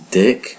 dick